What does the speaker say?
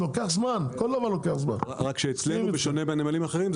יש לו סמכויות יותר חזקות פחות או יותר כמו לממונה על ההגבלים העסקיים.